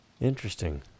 Interesting